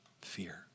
Fear